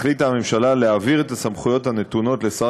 החליטה הממשלה להעביר את הסמכויות הנתונות לשר